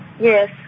Yes